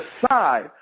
decide